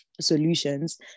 solutions